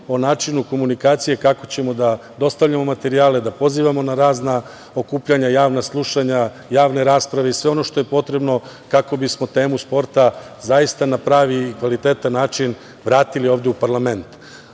o načinu komunikacije kako ćemo da dostavljamo materijale, da pozivamo na razna okupljanja, javna slušanja, javne rasprave i sve ono što je potrebno kako bismo temu sporta zaista na pravi i kvalitetan način vratili ovde u parlament. Ono